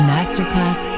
Masterclass